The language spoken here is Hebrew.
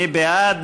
מי בעד?